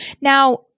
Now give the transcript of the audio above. Now